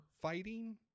fighting